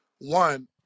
one